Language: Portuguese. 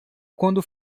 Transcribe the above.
quando